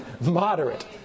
Moderate